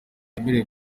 yemerewe